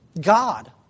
God